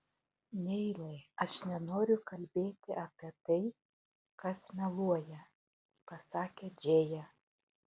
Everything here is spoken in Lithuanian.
neilai aš nenoriu kalbėti apie tai kas meluoja pasakė džėja